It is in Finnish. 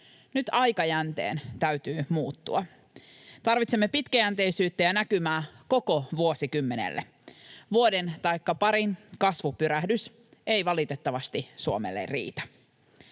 Nyt aikajänteen täytyy muuttua. Tarvitsemme pitkäjänteisyyttä ja näkymää koko vuosikymmenelle. Vuoden taikka parin kasvupyrähdys ei valitettavasti riitä